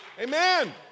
Amen